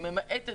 ממעטת,